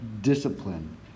discipline